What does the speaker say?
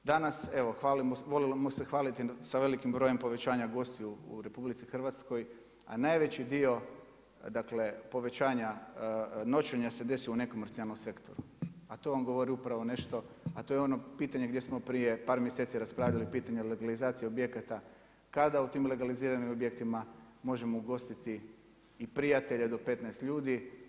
Danas evo volimo se hvaliti sa velikim brojem povećanja gostiju u RH, a najveći dio povećanja noćenja se desi u nekomercijalnom sektoru, a to vam govori upravo nešto, a to je ono pištanje gdje smo prije par mjeseci raspravljali, pitanje legalizacije objekata, kada u tim legaliziranim objektima možemo ugostiti i prijatelje do 15 ljudi.